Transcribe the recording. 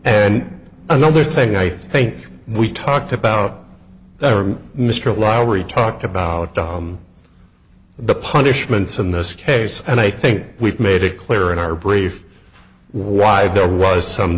and another thing i think we talked about that mr lowery talked about the punishments in this case and i think we've made it clear in our brief why there was some